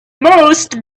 most